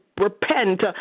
repent